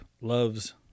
loves